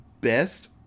best